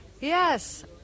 Yes